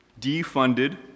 defunded